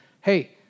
hey